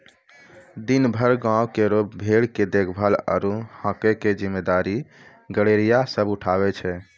दिनभर गांवों केरो भेड़ के देखभाल आरु हांके केरो जिम्मेदारी गड़ेरिया सब उठावै छै